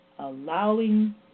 Allowing